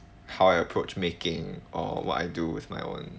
how I approach making or what I do with my own